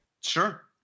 Sure